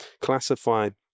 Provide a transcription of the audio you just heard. classified